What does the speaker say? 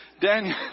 Daniel